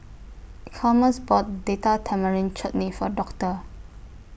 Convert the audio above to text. Chalmers bought Date Tamarind Chutney For Doctor